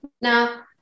Now